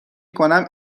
کنم